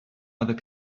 other